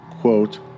Quote